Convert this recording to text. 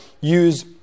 use